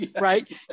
right